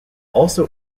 also